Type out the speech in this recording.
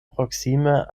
proksime